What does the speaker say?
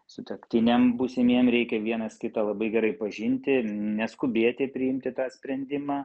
sutuoktiniam būsimiem reikia vienas kitą labai gerai pažinti neskubėti priimti tą sprendimą